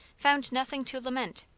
found nothing to lament.